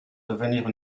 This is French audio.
devenir